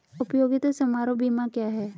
उपयोगिता समारोह बीमा क्या है?